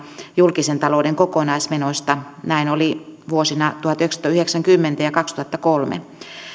julkisen talouden kokonaismenoista näin oli vuosina tuhatyhdeksänsataayhdeksänkymmentä ja kaksituhattakolme